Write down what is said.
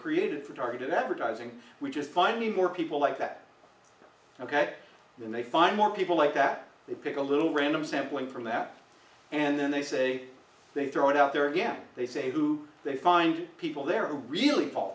created for targeted advertising we just find me more people like that ok then they find more people like that they pick a little random sampling from that and then they say they throw it out there again they say who they find people they're really fall